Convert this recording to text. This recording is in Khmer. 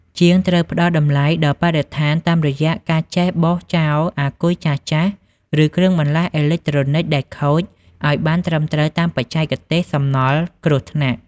ជាងត្រូវផ្ដល់តម្លៃដល់បរិស្ថានតាមរយៈការចេះបោះចោលអាគុយចាស់ៗ ឬគ្រឿងបន្លាស់អេឡិចត្រូនិកដែលខូចឱ្យបានត្រឹមត្រូវតាមបច្ចេកទេសសំណល់គ្រោះថ្នាក់។